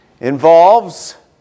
involves